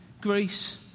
Greece